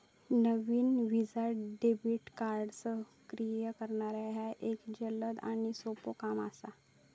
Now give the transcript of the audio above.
नवीन Visa debit card सक्रिय करणा ह्या एक जलद आणि सोपो काम असा